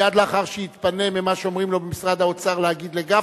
מייד לאחר שיתפנה ממה שאומרים לו ממשרד האוצר להגיד לגפני,